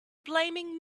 blaming